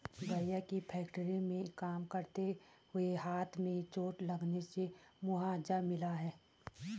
भैया के फैक्ट्री में काम करते हुए हाथ में चोट लगने से मुआवजा मिला हैं